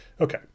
Okay